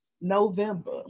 November